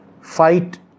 fight